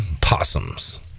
Possums